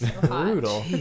brutal